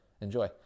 enjoy